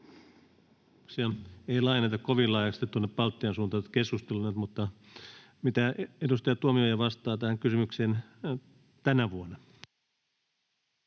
Ei laajenneta kovin laajasti tuonne Baltian suuntaan tätä keskustelua nyt, mutta mitä edustaja Tuomioja vastaa tähän kysymykseen tänä vuonna?